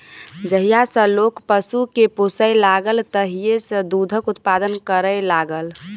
जहिया सॅ लोक पशु के पोसय लागल तहिये सॅ दूधक उत्पादन करय लागल